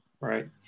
right